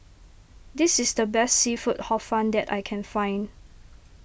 this is the best Seafood Hor Fun that I can find